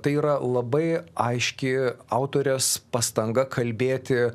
tai yra labai aiški autorės pastanga kalbėti